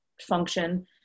function